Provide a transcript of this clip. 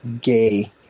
gay